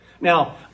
Now